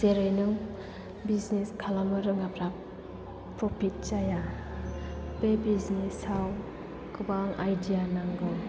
जेरै नों बिजनेस खालामो रोङाब्ला प्रफिट जाया बे बिजनेस आव गोबां आइदिया नांगौ